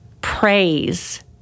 Praise